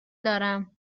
دارم